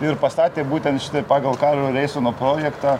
ir pastatė būtent šitą pagal karolio reisono projektą